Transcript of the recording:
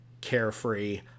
carefree